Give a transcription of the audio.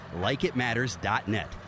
LikeItMatters.net